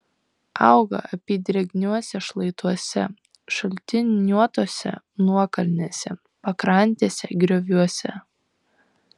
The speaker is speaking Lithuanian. auga apydrėgniuose šlaituose šaltiniuotose nuokalnėse pakrantėse grioviuose